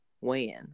weigh-in